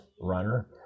runner